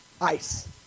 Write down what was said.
ice